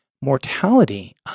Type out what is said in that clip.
mortality